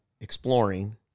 exploring